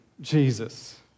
Jesus